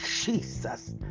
Jesus